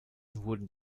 wurden